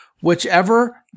Whichever